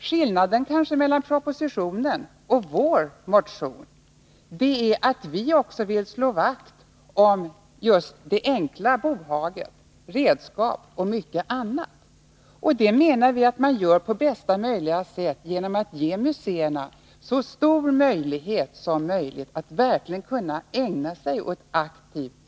Skillnaden mellan propositionen och vår motion är att vårt förslag skulle ge museerna bättre tid att ägna sig åt aktiv utåtriktad verksamhet också i fråga om det enkla bohaget, redskap och annat.